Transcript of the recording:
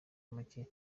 make